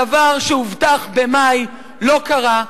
הדבר שהובטח במאי לא קרה.